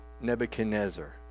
Nebuchadnezzar